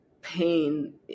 pain